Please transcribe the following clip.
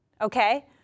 Okay